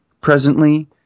presently